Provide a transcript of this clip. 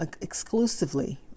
exclusively